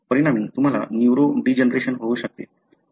परिणामी तुम्हाला न्यूरोडीजनरेशन होऊ शकते